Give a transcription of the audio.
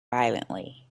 violently